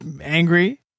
angry